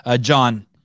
John